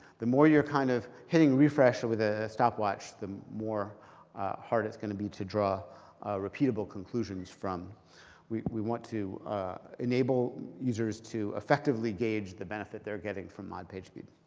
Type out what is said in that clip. the more you're kind of hitting refresh with a stopwatch, the more hard it's going to be to draw repeatable conclusions from we we want to enable users to effectively gauge the benefit they're getting from mod pagespeed.